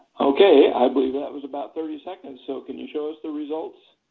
okay. i believe that was about thirty seconds. so can you show us the results?